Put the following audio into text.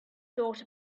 thought